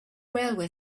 railway